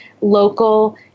local